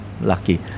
lucky